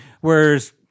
Whereas